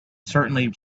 certainly